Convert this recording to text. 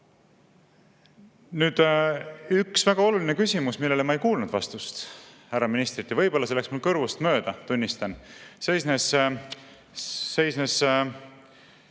Nüüd üks väga oluline küsimus, millele ma ei kuulnud vastust härra ministrilt. Võib-olla see läks mul kõrvust mööda, tunnistan. See